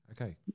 Okay